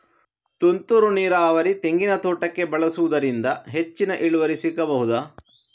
ತುಂತುರು ನೀರಾವರಿ ತೆಂಗಿನ ತೋಟಕ್ಕೆ ಬಳಸುವುದರಿಂದ ಹೆಚ್ಚಿಗೆ ಇಳುವರಿ ಸಿಕ್ಕಬಹುದ?